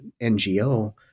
NGO